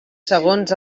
segons